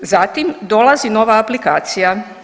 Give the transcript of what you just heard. Zatim dolazi nova aplikacija.